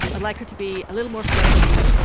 i'd like her to be a little more flirty.